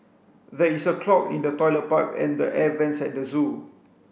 there is a clog in the toilet pipe and the air vents at the zoo